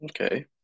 Okay